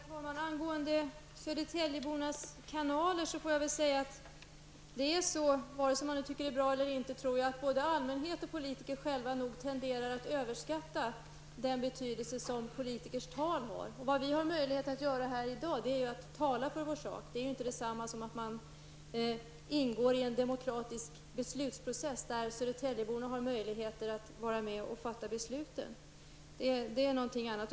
Herr talman! Angående södertäljebornas kanaler får jag säga att, vare sig man tycker det är bra eller inte, både allmänhet och politiker själva tenderar att överskatta den betydelse som politikers tal har. Det vi har möjlighet att göra här i dag är att tala för vår sak. Det är inte detsamma som att man ingår i en demokratisk beslutsprocess där södertäljeborna har möjlighet att vara med och fatta besluten. Det är någonting annat.